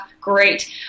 great